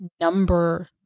number